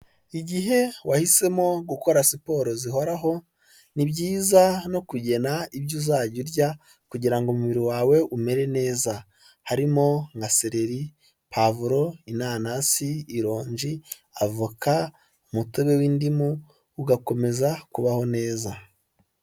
Igihe wahisemo gukora siporo zihoraho, ni byiza no kugena ibyo uzajya urya, kugirango umubiri wawe umere neza harimo, nka sereri, pavuro, inanasi, irongi, avoka, umutobe w'indimu ugakomeza kubaho neza.